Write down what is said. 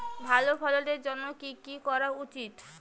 ভালো ফলনের জন্য কি কি করা উচিৎ?